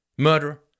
Murder